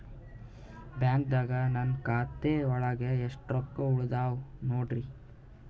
ಬ್ಯಾಂಕ್ದಾಗ ನನ್ ಖಾತೆ ಒಳಗೆ ಎಷ್ಟ್ ರೊಕ್ಕ ಉಳದಾವ ನೋಡ್ರಿ?